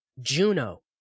Juno